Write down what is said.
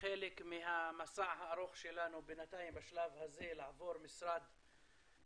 כחלק מהמסע הארוך שלנו בינתיים בשלב הזה לעבור על כל